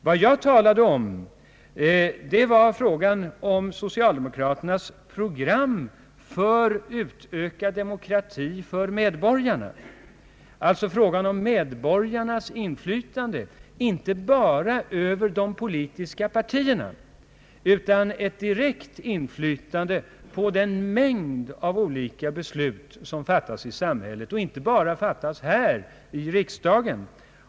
Vad jag talade om var socialdemokraternas program för utökad demokrati för medborgarna, alltså frågan om medborgarnas inflytande, inte bara över de politiska partierna utan direkt på den mängd av olika beslut som fattas i samhället — inte endast här i riksdagen.